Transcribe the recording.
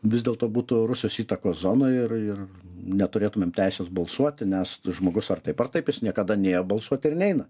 vis dėlto būtų rusijos įtakos zonoj ir ir neturėtumėm teisės balsuoti nes žmogus ar taip ar taip jis niekada nėjo balsuoti ir neina